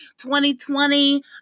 2020